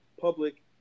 public